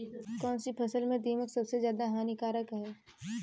कौनसी फसल में दीमक सबसे ज्यादा हानिकारक है?